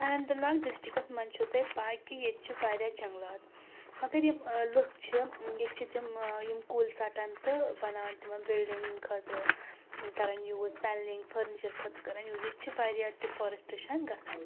Anant Nag districts منٛز چھُ تۄہہِ پَاے کہِ ییٚتہِ چھِ واریاہ جنٛگلات مگر یِم لُکھ چھِ ییٚتہِ چھِ تِم یِم کُلۍ ژَٹان تہٕ بَناوَان تِمَن بِلڈِنٛگ خٲطرٕ کَرَان یوٗز پینلِنٛگ فٔرنِچَر خٲطرٕ کَرَان یوٗز ییٚتہِ چھِ واریاہ ڈِفارسٹریشَن گژھان